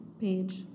page